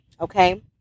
Okay